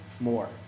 more